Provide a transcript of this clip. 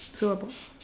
so what about